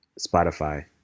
Spotify